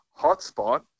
hotspot